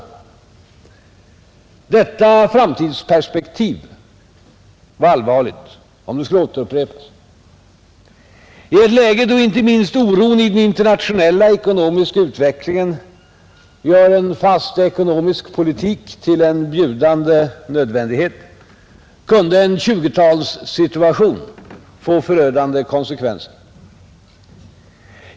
Om detta skulle återupprepas vore det ett allvarligt framtidsperspektiv. I ett läge där inte minst oron i den internationella ekonomiska utvecklingen gör en fast ekonomisk politik till en bjudande nödvändighet skulle en 1920-talssituation få förödande konsekvenser.